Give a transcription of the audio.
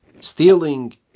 stealing